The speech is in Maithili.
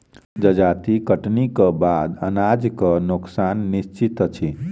जजाति कटनीक बाद अनाजक नोकसान निश्चित अछि